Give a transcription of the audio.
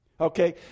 okay